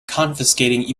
confiscating